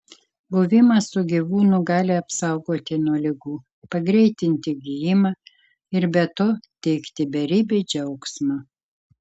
buvimas su gyvūnu gali apsaugoti nuo ligų pagreitinti gijimą ir be to teikti beribį džiaugsmą